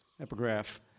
epigraph